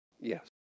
Yes